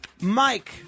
Mike